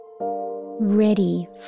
Ready